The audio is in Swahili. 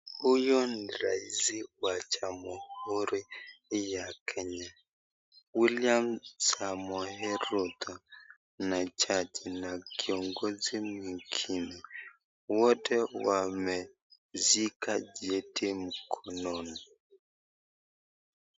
Huyu ni raisi wa jamhuri ya Kenya William Samoei Ruto na jaji na kiongozi mwingine. Wote wameshika cheti mkononi.